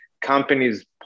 companies